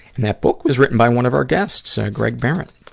and that book was written by one of our guests, ah, greg behrendt.